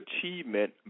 achievement